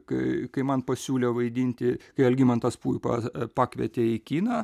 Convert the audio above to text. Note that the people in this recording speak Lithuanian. kai kai man pasiūlė vaidinti kai algimantas puipa pakvietė į kiną